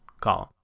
column